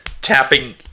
tapping